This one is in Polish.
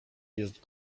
jest